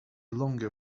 longer